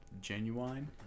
Genuine